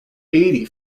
eighty